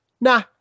nah